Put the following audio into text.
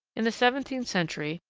in the seventeenth century,